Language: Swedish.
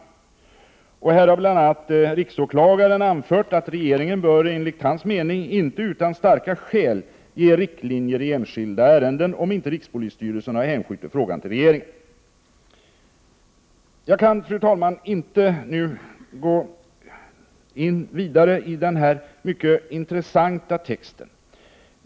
Riksåklagaren har bl.a. anfört att regeringen enligt hans mening inte utan starka skäl bör ge riktlinjer i enskilda ärenden, om inte rikspolisstyrelsen har hänskjutit frågan till regeringen. Jag kan, fru talman, inte nu gå vidare i den här mycket intressanta texten.